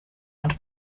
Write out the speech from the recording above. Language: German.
und